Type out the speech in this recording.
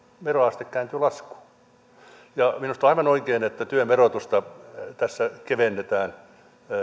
veroaste kääntyi laskuun minusta on aivan oikein että työn verotusta tässä kevennetään